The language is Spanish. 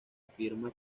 afirma